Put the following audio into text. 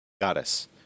goddess